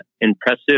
impressive